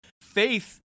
faith